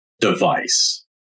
device